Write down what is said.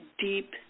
deep